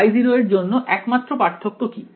Y0 এর জন্য একমাত্র পার্থক্য কি